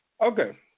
Okay